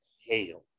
hail